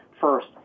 first